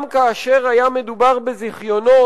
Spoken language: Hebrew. גם כאשר היה מדובר בזיכיונות,